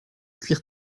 cuir